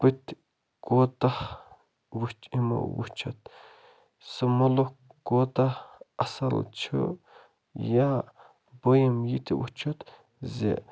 بہٕ تہِ کوتاہ وچھ یِمو وٕچھتھ سُہ مُلک کوتاہ اَصٕل چھُ یا بہٕ یِمہِ یہِ تہِ وٕچتھ زِ